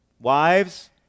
Wives